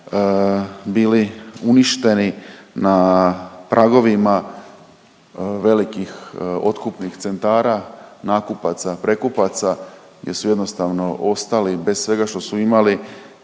bili uništeni na pragovima velikih otkupnih centara, nakupaca, prekupaca gdje su jednostavno ostali bez svega što su imali